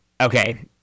Okay